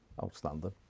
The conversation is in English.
Outstanding